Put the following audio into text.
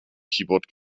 keyboard